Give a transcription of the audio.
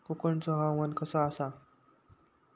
कोकनचो हवामान कसा आसा?